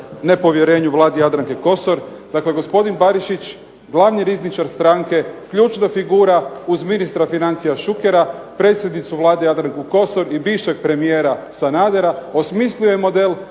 nepovjerenju Vladi Jadranke Kosor. Dakle gospodin Barišić, glavni rizničar stranke, ključna figura uz ministra financija Šukera, predsjednicu Vlade Jadranku Kosor i bivšeg premijera Sanadera, osmislio je model